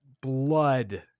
blood